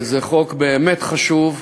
זה חוק באמת חשוב.